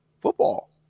football